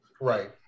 Right